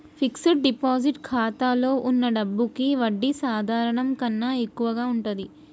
fixed deposit ఖాతాలో వున్న డబ్బులకి వడ్డీ సాధారణం కన్నా ఎక్కువగా ఉంటది